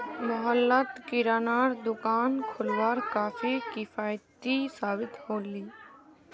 मोहल्लात किरानार दुकान खोलवार काफी किफ़ायती साबित ह ले